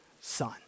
son